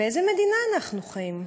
באיזה מדינה אנחנו חיים?